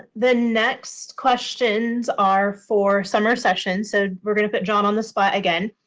the next questions are for summer session. so we're going to put john on the spot again.